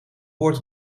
woord